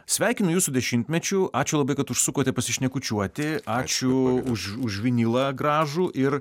sveikinu jus su dešimtmečiu ačiū labai kad užsukote pasišnekučiuoti ačiū už už vinilą gražų ir